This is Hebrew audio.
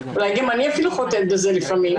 אני אפילו חוטאת בזה לפעמים.